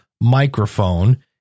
microphone